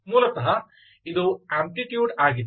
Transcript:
ಮೂಲತಃ ಇದು ಅಂಪ್ಲಿಟ್ಯೂಡ್ ಆಗಿದೆ